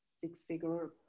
six-figure